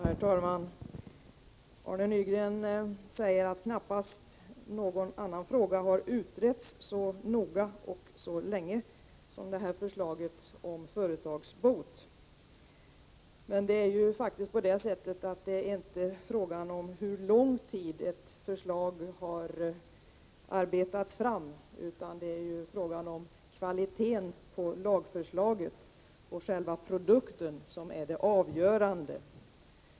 Herr talman! Arne Nygren säger att knappast någon annan fråga har utretts så noga och så länge som förslaget om företagsbot. Men det är faktiskt inte frågan om under hur lång tid ett förslag har arbetats fram utan kvaliteten på lagförslaget, på själva produkten, som är det avgörande.